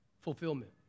fulfillment